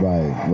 Right